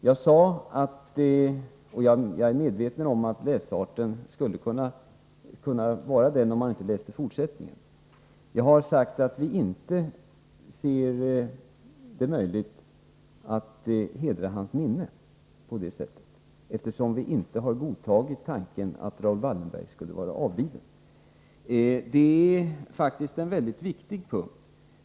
Jag sade — och jag är medveten om att man skulle kunna tolka svaret som Sven Munke gör, om man inte läste fortsättningen — att vi inte ser det möjligt att hedra Raoul Wallenbergs minne på det sättet eftersom vi inte har godtagit tanken att han skulle vara avliden. Det är faktiskt en mycket viktig punkt.